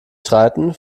streiten